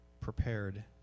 prepared